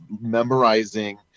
memorizing